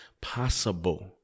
possible